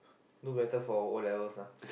do better for your O-levels lah